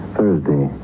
Thursday